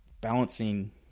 balancing